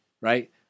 right